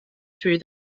through